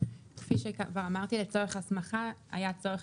כפי שכבר אמרתי לצורך הסמכה היה צורך